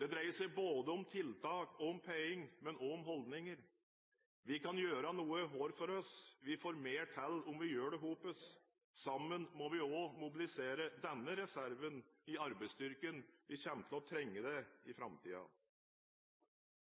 Det dreier seg både om tiltak og om penger, men også om holdninger. Vi kan gjøre noe hver for oss. Vi får mer til om vi gjør det sammen. Sammen må vi også mobilisere denne reserven i arbeidsstyrken. Vi kommer til å trenge det i framtiden.